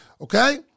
okay